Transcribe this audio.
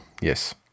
Yes